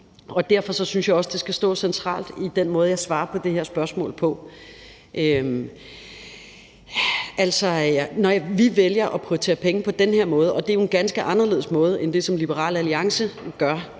Derfor synes jeg også, det skal stå centralt i den måde, jeg svarer på det her spørgsmål på. Altså, når vi vælger at prioritere penge på den her måde, og det er jo en ganske anderledes måde end den, som Liberal Alliance gør,